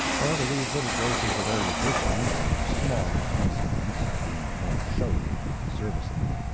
however, these little graces of erudition are of small consequence, being more showy than serviceable.